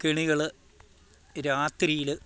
കെണികൾ രാത്രിയിൽ